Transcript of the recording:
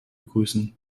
begrüßen